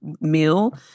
meal